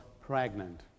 pregnant